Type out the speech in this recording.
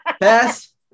Pass